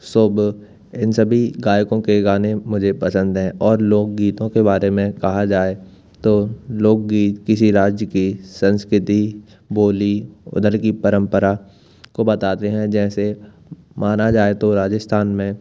शुभ इन सभी गायकों के गाने मुझे पसंद हैं और लोक गीतों के बारे में कहा जाए तो लोक गीत किसी राज्य की संस्कृति बोली उधर की परंपरा को बताते हैं जैसे माना जाए तो राजस्थान में